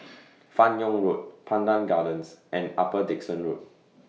fan Yoong Road Pandan Gardens and Upper Dickson Road